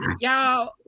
y'all